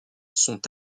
sont